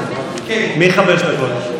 מי חמש דקות?